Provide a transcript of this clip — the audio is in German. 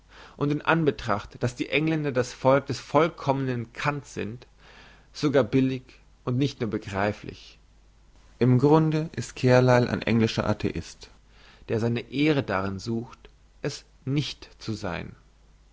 und in anbetracht dass die engländer das volk des vollkommnen cant sind sogar billig und nicht nur begreiflich im grunde ist carlyle ein englischer atheist der seine ehre darin sucht es nicht zu sein